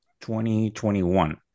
2021